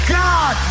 god